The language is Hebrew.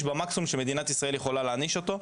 במקסימום שמדינת ישראל יכולה להעניש אותה.